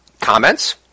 Comments